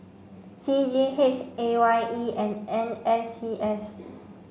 C G H A Y E and N S C S